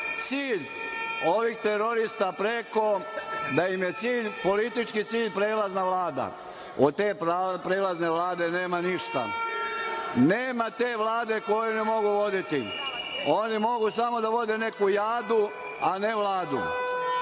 cilj ovih terorista preko, da im je politički cilj prelazna Vlada. Od te prelazne Vlade nema ništa. Nema te Vlade koju oni mogu voditi. Oni mogu samo da vode neku jadu, a ne Vladu. Dame